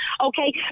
okay